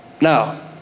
Now